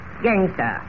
Gangster